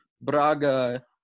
Braga